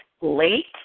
late